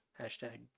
Hashtag